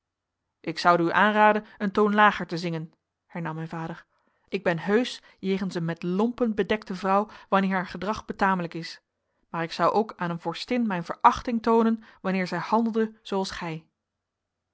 ik zoude u aanraden een toon lager te zingen hernam mijn vader ik ben heusch jegens een met lompen bedekte vrouw wanneer haar gedrag betamelijk is maar ik zou ook aan een vorstin mijn verachting toonen wanneer zij handelde zooals gij